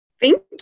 Thank